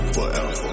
Forever